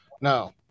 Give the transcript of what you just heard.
Now